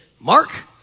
Mark